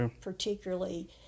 Particularly